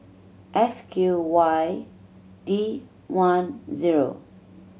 F Q Y D one zero